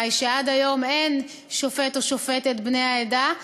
שעד היום אין שופט או שופטת בני העדה,